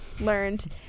learned